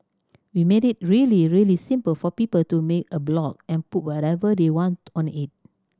we made it really really simple for people to make a blog and put whatever they want on it